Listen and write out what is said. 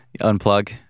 unplug